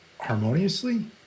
harmoniously